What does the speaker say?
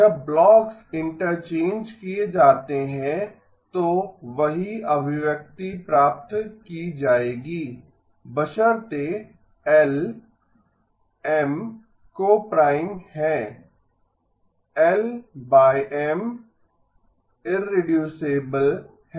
जब blocks interchange किए जाते हैं तो वही अभिव्यक्ति प्राप्त की जाएगी बशर्ते L M को प्राइम हैं L M इररेडूसिबल है